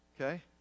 Okay